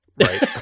Right